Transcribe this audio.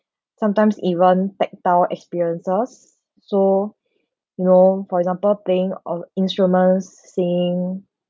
sometimes even tactile experiences so you know for example playing of uh instruments singing